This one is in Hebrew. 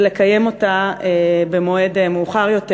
ולקיים אותה במועד מאוחר יותר,